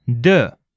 De